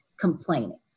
complaining